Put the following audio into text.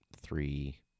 three